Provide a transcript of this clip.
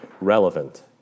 relevant